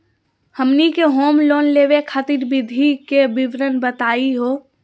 हमनी के home loan लेवे खातीर विधि के विवरण बताही हो?